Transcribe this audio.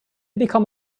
become